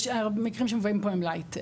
המקרים שמובאים פה הם "לייט".